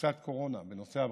קופסת קורונה בנושא הבריאות,